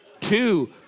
Two